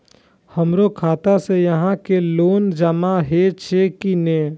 हमरो खाता से यहां के लोन जमा हे छे की ने?